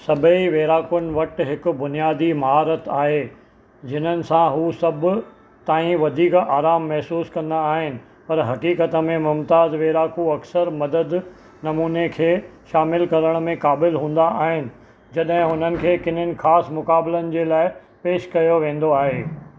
सभई वेढ़ाकुनि वटि हिकु बुनियादी महारतु आहे जंहिं सां हू सभु ताईं वधीक आराम महसूसु कंदा आहिनि पर हक़ीक़त में मुमताज़ु वेढ़ाकु अक्सर मदद नमूने खे शामिलु करण में क़ाबिलु हूंदा आहिनि जड॒हिं हुननि खे कंहिं ख़ासि मुक़ाबलनि जे लाइ पेशि कयो वेंदो आहे